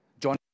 John